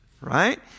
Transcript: Right